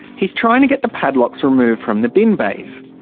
he's trying to get the padlocks removed from the bin bays.